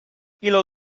illo